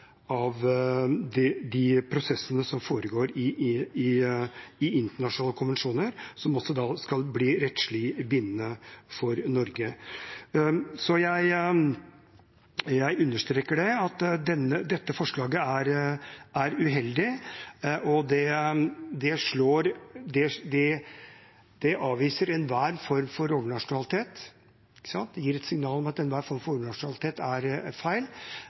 de prosessene som foregår i internasjonale konvensjoner, som da skal bli rettslig bindende for Norge. Jeg understreker at dette forslaget er uheldig. Det avviser enhver form for overnasjonalitet. Det gir et signal om at enhver form for overnasjonalitet er feil.